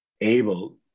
able